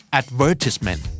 advertisement